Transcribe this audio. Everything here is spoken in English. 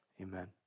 amen